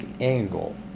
angle